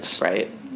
Right